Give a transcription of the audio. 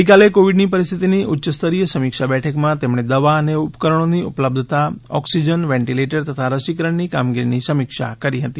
ગઈકાલે કોવિડની પરિસ્થિતિની ઉચ્ચસ્તરીય સમીક્ષા બેઠકમાં તેમણે દવા અને ઉપકરણોની ઉપલબ્ધતા ઓક્સિજન વેન્ટીલેટર તથા રસીકરણની કામગીરીની સમીક્ષા કરી હતી